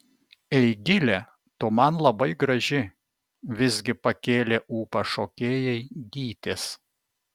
eigile tu man labai graži visgi pakėlė ūpą šokėjai gytis